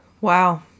Wow